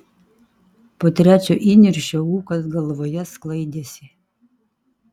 po trečio įniršio ūkas galvoje sklaidėsi